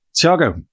Tiago